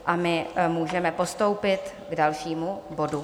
A můžeme postoupit k dalšímu bodu.